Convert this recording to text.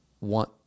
want